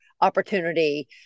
opportunity